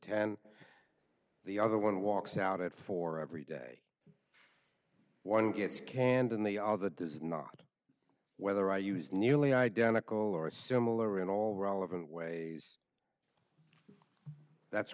and the other one walks out it for every day one gets canned and they all that this is not whether i use nearly identical or similar in all relevant ways that's